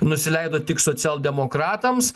nusileido tik socialdemokratams